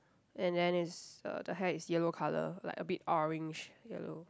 and then it's uh the hair is yellow colour like a bit orange yellow